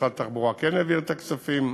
משרד התחבורה כן העביר את הכספים,